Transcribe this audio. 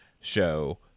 show